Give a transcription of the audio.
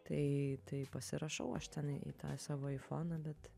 tai tai pasirašau aš tenai į tą savo į foną bet